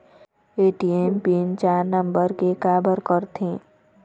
ATM PIN चार number के काबर करथे?